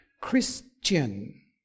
Christian